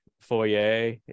foyer